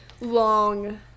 long